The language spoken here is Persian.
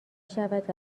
شود